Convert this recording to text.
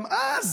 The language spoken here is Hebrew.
גם אז